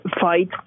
fight